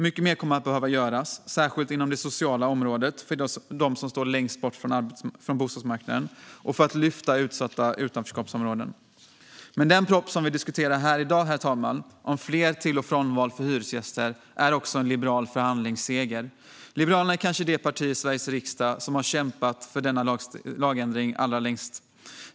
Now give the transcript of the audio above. Mycket mer kommer att behöva göras, särskilt inom det sociala området för dem som står längst bort från bostadsmarknaden och för att lyfta utsatta utanförskapsområden. Den proposition som vi diskuterar i dag, herr talman, om fler till och frånval för hyresgäster är också en liberal förhandlingsseger. Liberalerna är kanske det parti i Sveriges riksdag som har kämpat för denna lagändring allra längst.